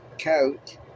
coat